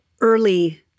early